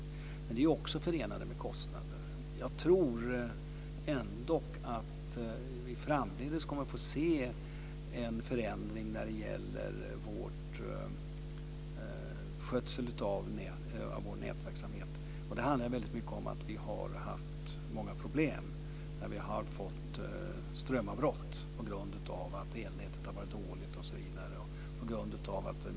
Men det är också förenat med kostnader. Jag tror att vi framdeles kommer att få se en förändring i skötseln av nätverksamheten. Vi har haft många problem med strömavbrott på grund av att elnätet har varit dåligt.